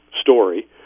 story